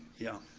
yeah,